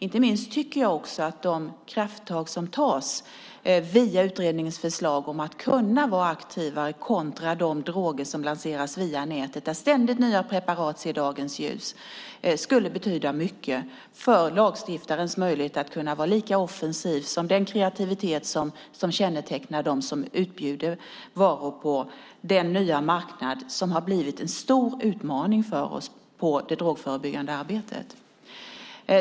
Inte minst viktiga är de krafttag som tas via utredningens förslag om att kunna vara aktivare kontra de droger som lanseras via nätet, där ständigt nya preparat ser dagens ljus. Det skulle betyda mycket för lagstiftarens möjlighet att vara lika offensiv och kreativ som de som utbjuder varor på den nya marknad som har blivit en stor utmaning för oss i det drogförebyggande arbetet.